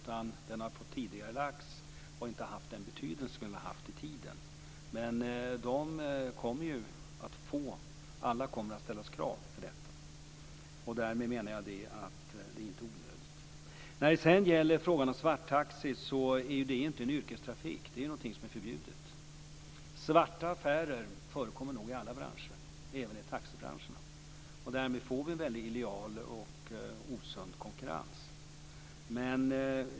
Den har fått tidigareläggas och har inte haft någon betydelse ännu, men det kommer ju att ställas krav på att alla har dem. Därmed menar jag att investeringen inte var onödig. Svarttaxi är inte yrkestrafik, utan någonting som är förbjudet. Svarta affärer förekommer nog i alla branscher, även i taxibranschen, och därmed får vi illojal och osund konkurrens.